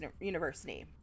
University